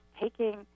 taking